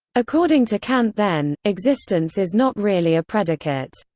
according to kant then, existence is not really a predicate.